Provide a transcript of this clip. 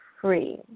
free